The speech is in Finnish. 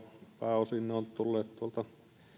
pääosin ne ovat tulleet tuolta